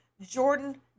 Jordan